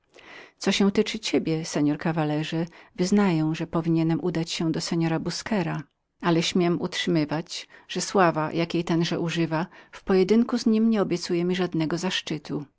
co się tyczy ciebie seor caballero wyznaję że powinienbym udać się do seora busquera ale śmiem utrzymywać że sława jakiej tenże używa w pojedynku z nim nie obiecuje mi żadnego zaszczytu